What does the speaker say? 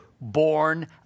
born